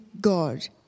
God